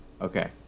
Okay